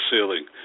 ceiling